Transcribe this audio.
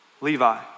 Levi